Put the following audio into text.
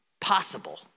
possible